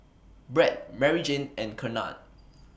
Brad Maryjane and Kennard